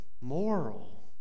moral